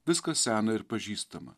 viskas sena ir pažįstama